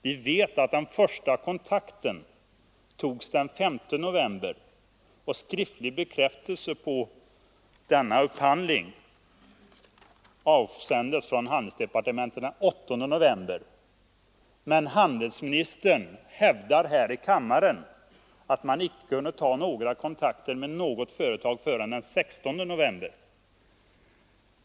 Vi vet att den första kontakten med ARE-bolagen togs den 5 november, och att skriftlig bekräftelse på upphandlingen avsändes från handelsdepartementet den 8 november. Men handelsministern hävdar här i kammaren att man icke kunde ta några kontakter med något företag förrän den 16 november.